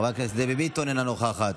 חבר הכנסת עידן רול, אינו נוכח,